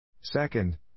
Second